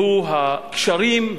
והוא הקשרים,